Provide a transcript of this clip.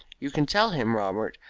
you can tell him, robert,